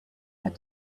had